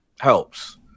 helps